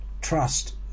trust